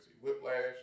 Whiplash